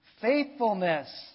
faithfulness